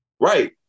Right